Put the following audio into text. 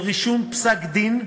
של רישום פסק-דין,